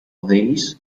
these